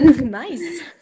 nice